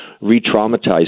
re-traumatize